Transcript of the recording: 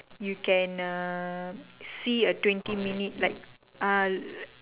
you can uh see a twenty minute like ah